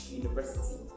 university